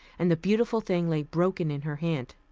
and the beautiful thing lay broken in her hand.